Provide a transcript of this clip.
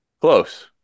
Close